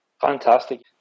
Fantastic